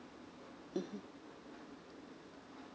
(uh huh)